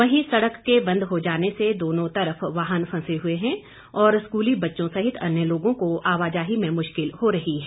वहीं सड़क के बंद हो जाने से दोनों तरफ वाहन फंसे हुए हैं और स्कूली बच्चों सहित अन्य लोगों को आवाजाही में मुश्किल हो रही है